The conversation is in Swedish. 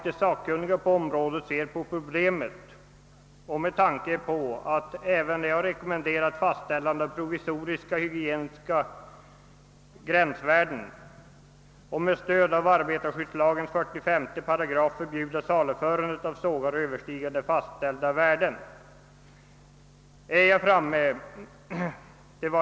De sakkunniga på området ser allvarligt på problemet och har ävenledes rekommenderat fastställande av provisoriska hygieniska gränsvärden liksom förbud med stöd av arbetarskyddslagens 45 § mot saluförande av sågar med vibrationsvärden överstigande de fastställda.